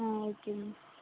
ம் okay ma'am